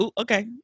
okay